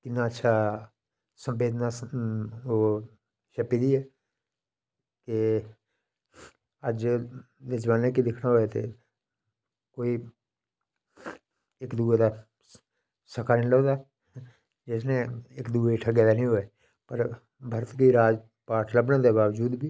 इन्ना अच्छा सदभावना दा एह् छप्पी दी ऐ ते अज्ज इस जमाने गी दिक्खना होऐ ते इक्क दूऐ दा संकलन गै इक्क दूऐ गी ठग्गा दा निं होऐ पर राजपाठ होने दे बाबजूद बी